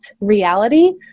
reality